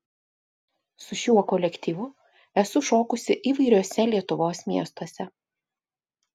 su šiuo kolektyvu esu šokusi įvairiuose lietuvos miestuose